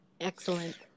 Excellent